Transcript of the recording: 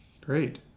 Great